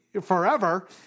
forever